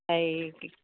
সেই